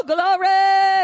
Glory